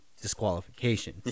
disqualification